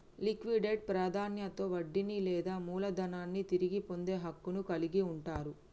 liquidate ప్రాధాన్యతలో వడ్డీని లేదా మూలధనాన్ని తిరిగి పొందే హక్కును కలిగి ఉంటరు